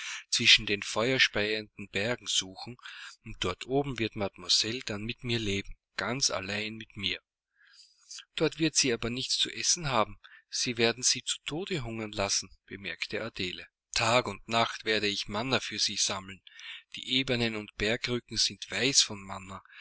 zwischen den feuerspeienden bergen suchen und dort oben wird mademoiselle dann mit mir leben ganz allein mit mir dort wird sie aber nichts zu essen haben sie werden sie zu tode hungern lassen bemerkte adele tag und nacht werde ich manna für sie sammeln die ebenen und bergrücken sind weiß vor manna